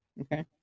okay